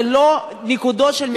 זה לא נקודות של משרד הבריאות.